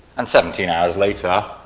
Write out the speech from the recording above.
and seventeen hours later,